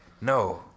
no